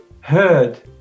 Heard